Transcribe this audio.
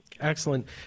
Excellent